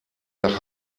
nach